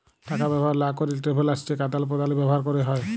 টাকা ব্যবহার লা ক্যেরে ট্রাভেলার্স চেক আদাল প্রদালে ব্যবহার ক্যেরে হ্যয়